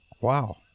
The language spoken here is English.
wow